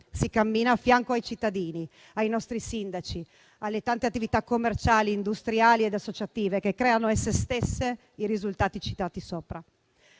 si cammina a fianco ai cittadini, ai nostri sindaci, alle tante attività commerciali, industriali ed associative che creano esse stesse i risultati citati sopra.